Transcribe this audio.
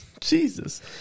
Jesus